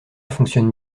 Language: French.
fonctionne